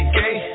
gay